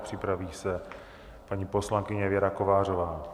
Připraví se paní poslankyně Věra Kovářová.